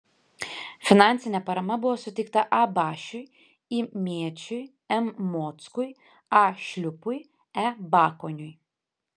finansinė parama buvo suteikta a bašiui i mėčiui m mockui a šliupui e bakoniui